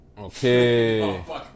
okay